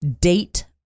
date